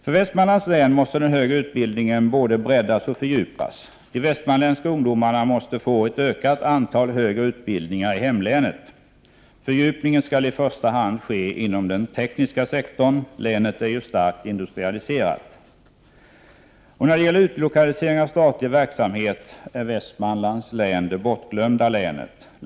För Västmanlands del måste den högre utbildningen både breddas och fördjupas. De västmanländska ungdomarna måste få tillgång till ett ökat antal högre utbildningar i hemlänet. Fördjupningen skall i första hand ske inom den tekniska sektorn. Länet är ju starkt industrialiserat. När det gäller utlokalisering av statlig verksamhet är Västmanlands län det bortglömda länet.